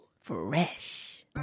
Fresh